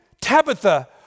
Tabitha